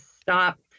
stop